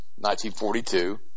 1942